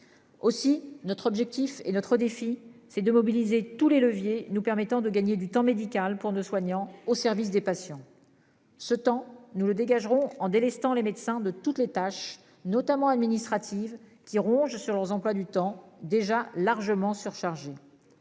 Aussi notre objectif et notre défi, c'est de mobiliser tous les leviers nous permettant de gagner du temps médical pour de soignants au service des patients. Ce temps nous le dégageront en délestant les médecins de toutes les tâches, notamment administratives qui ronge sur leurs emplois du temps déjà largement surchargé.